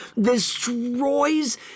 destroys